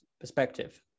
perspective